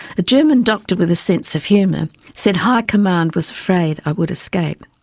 a german doctor with a sense of humour said high command was afraid i would escape.